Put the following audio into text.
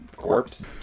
corpse